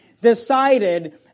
decided